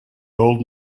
old